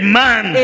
man